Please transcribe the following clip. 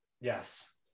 yes